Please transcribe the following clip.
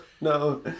No